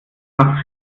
nach